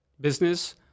business